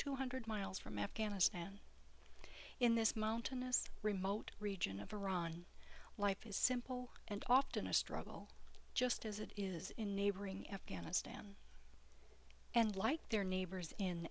two hundred miles from afghanistan in this mountainous remote region of iran life is simple and often a struggle just as it is in neighboring afghanistan and like their neighbors in